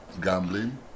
Gambling